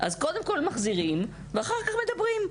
אז קודם כל מחזירים ואחר כך מדברים.